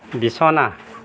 বিছনা